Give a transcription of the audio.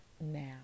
now